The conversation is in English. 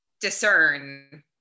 discern